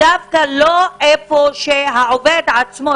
לא איפה שהעובד עצמו,